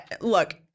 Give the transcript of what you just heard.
look